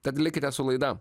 tad likite su laida